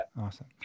Awesome